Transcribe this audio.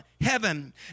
heaven